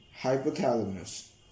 hypothalamus